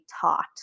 taught